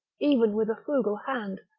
even with a frugal hand,